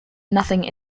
nothing